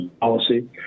policy